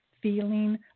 feeling